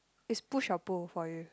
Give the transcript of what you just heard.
is push or pull for you